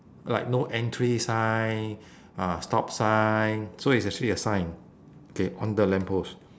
like no entry sign uh stop sign so it's actually a sign okay on the lamp post